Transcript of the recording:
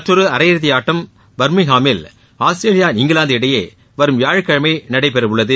மற்றொரு அரையிறுதி ஆட்டம் பர்மிங்ஹாமில் ஆஸ்திரேலியா இங்கிலாந்து இடையே வரும் வியாழக்கிழமை நடைபெற உள்ளது